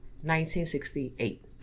1968